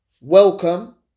welcome